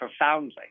profoundly